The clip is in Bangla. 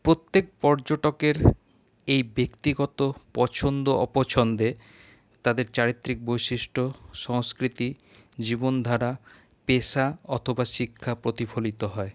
প্রত্যেক পর্যটকের এই ব্যক্তিগত পছন্দ অপছন্দে তাদের চারিত্রিক বৈশিষ্ট্য সংস্কৃতি জীবনধারা পেশা অথবা শিক্ষা প্রতিফলিত হয়